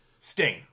Sting